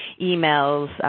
emails,